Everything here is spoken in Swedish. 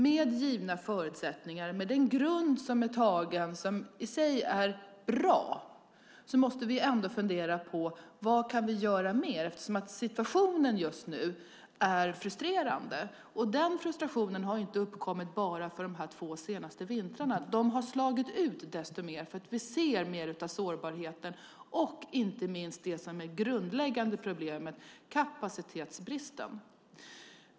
Med givna förutsättningar, med den grund som är tagen och som i sig är bra, måste vi ändå fundera på vad vi kan göra mer, eftersom situationen just nu är frustrerande. Den frustrationen har inte uppkommit bara på grund av de två senaste vintrarna. De har slagit ut desto mer, för vi ser mer av sårbarheten och inte minst det som är det grundläggande problemet, kapacitetsbristen.